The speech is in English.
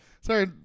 Sorry